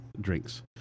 drinks